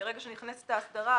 מרגע שנכנסת ההסדרה,